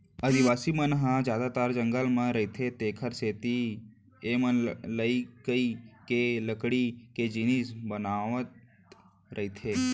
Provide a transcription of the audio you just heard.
आदिवासी मन ह जादातर जंगल म रहिथे तेखरे सेती एमनलइकई ले लकड़ी के जिनिस बनावत रइथें